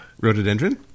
Rhododendron